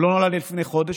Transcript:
הוא לא נולד לפני חודש,